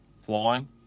Flying